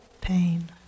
pain